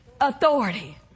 authority